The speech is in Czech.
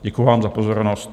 Děkuji vám za pozornost.